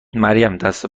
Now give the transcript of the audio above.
مریم، دست